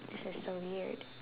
this is so weird